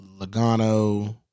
Logano –